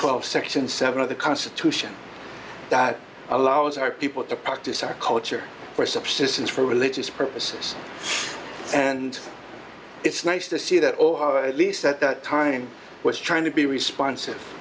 twelve section seven of the constitution that allows our people to practice our culture where subsistence for religious purposes and it's nice to see that at least at that time was trying to be respons